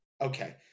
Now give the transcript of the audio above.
Okay